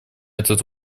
этот